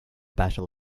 battle